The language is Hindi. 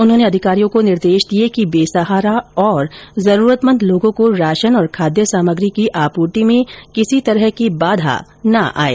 उन्होंने अधिकारियों को निर्देश दिए कि बेसहारा और जरूरतमंद लोगों को राशन और खाद्य समग्री की आपूर्ति में किसी प्रकार की बाधा ना आये